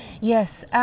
Yes